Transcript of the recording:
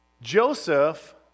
Joseph